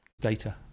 Data